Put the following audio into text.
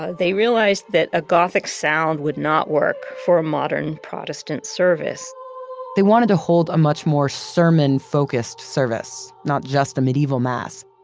they realized that a gothic sound would not work for a modern protestant service they wanted to hold a much more sermon-focused service, not just a medieval mass.